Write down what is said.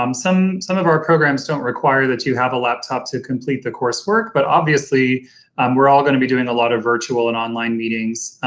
um some some of our programs don't require that you have a laptop to complete the coursework but obviously we're all going to be doing a lot of virtual and online meetings,